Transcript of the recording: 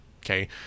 Okay